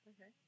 Okay